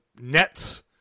Nets